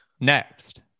Next